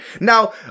Now